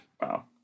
wow